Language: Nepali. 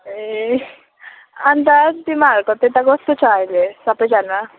ए अन्त तिमीहरूको त्यता कस्तो छ अहिले सबैजना